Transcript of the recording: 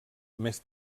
més